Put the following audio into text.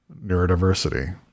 neurodiversity